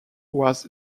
was